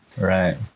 Right